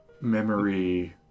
Memory